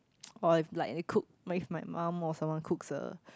or if like they cook with my mum or someone cooks a